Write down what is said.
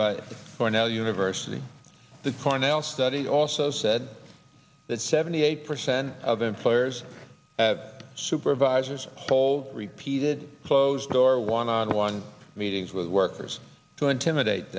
the cornell university the cornell study also said that seventy eight percent of employers supervisors told repeated closed door one on one meetings with workers to intimidate